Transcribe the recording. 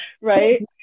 right